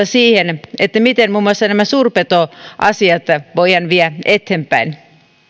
siihen miten muun muassa näitä suurpetoasioita voidaan viedä eteenpäin